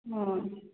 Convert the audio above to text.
हँ